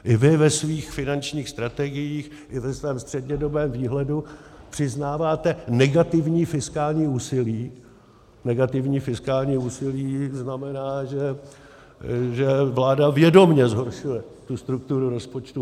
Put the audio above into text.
I vy ve svých finančních strategiích i ve svém střednědobém výhledu přiznáváte negativní fiskální úsilí, negativní fiskální úsilí, to znamená, že vláda vědomě zhoršuje tu strukturu rozpočtu.